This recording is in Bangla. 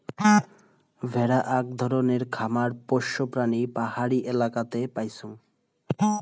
ভেড়া আক ধরণের খামার পোষ্য প্রাণী পাহাড়ি এলাকাতে পাইচুঙ